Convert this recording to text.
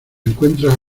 encuentras